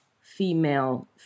female